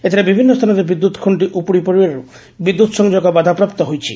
ଏଥିରେ ବିଭିନ୍ ସ୍ତାନରେ ବିଦ୍ୟତ ଖୁକ୍କି ଉପ୍ରଡିପଡିବାର୍ ବିଦ୍ୟତ ସଂଯୋଗ ବାଧାପ୍ରାପ୍ତ ହୋଇଛି